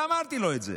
אמרתי לו את זה,